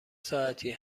ساعتی